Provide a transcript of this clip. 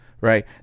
right